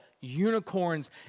unicorns